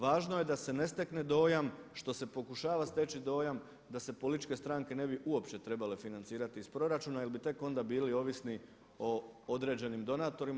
Važno je da se ne stekne dojam, što se pokušava steći dojam da se političke stranke ne bi uopće trebale financirati iz proračuna jer bi tek onda bili ovisni o određenim donatorima.